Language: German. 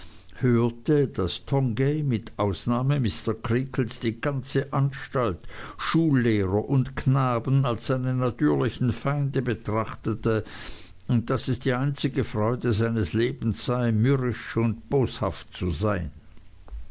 hörte daß tongay mit ausnahme mr creakles die ganze anstalt schullehrer und knaben als seine natürlichen feinde betrachte und daß es die einzige freude seines lebens sei mürrisch und boshaft zu sein